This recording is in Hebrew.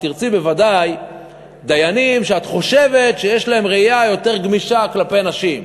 את תרצי בוודאי דיינים שאת חושבת שיש להם ראייה יותר גמישה כלפי נשים,